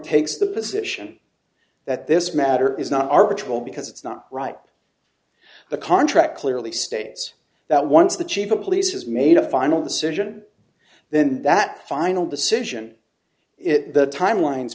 takes the position that this matter is not article because it's not right the contract clearly states that once the chief of police has made a final decision then that final decision it the timelines